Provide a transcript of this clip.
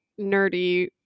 nerdy